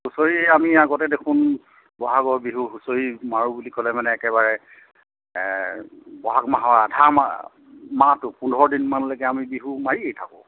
হুঁচৰি এই আমি আগতে দেখোন বহাগৰ বিহু হুঁচৰি মাৰো বুলি ক'লে মানে একেবাৰে ব'হাগ মাহৰ আধা মাহ মাহটো পোন্ধৰ দিনমানলৈকে আমি বিহু মাৰিয়ে থাকোঁ